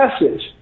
message